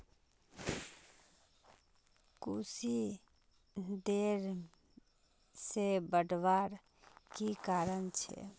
कुशी देर से बढ़वार की कारण छे?